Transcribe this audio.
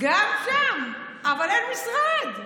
גם שם אבל אין משרד.